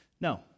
No